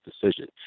decision